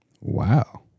Wow